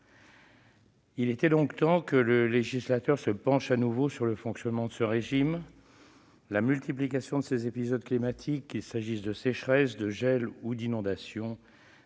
Il était donc temps que le législateur se penche à nouveau sur le fonctionnement de ce régime. La multiplication de ces épisodes climatiques, qu'il s'agisse de sécheresses, de gelées ou d'inondations,